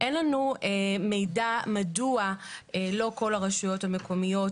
אין לנו מידע מדוע לא כל הרשויות המקומיות